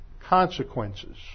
consequences